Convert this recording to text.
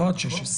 לא עד 16?